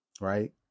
right